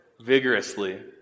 vigorously